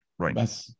Right